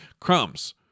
crumbs